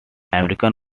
american